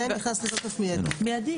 זה נכנס לתוקף מיידית,